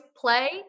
play